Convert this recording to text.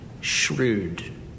shrewd